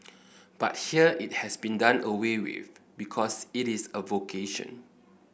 but here it has been done away with because it is a vocation